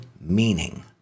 meaning